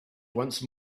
once